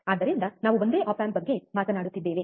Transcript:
ಆದ್ದರಿಂದ ನಾವು ಒಂದೇ ಆಪ್ ಆಂಪ್ ಬಗ್ಗೆ ಮಾತನಾಡುತ್ತಿದ್ದೇವೆ